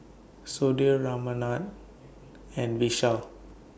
Sudhir Ramanand and Vishal